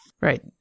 Right